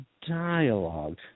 dialogue